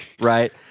Right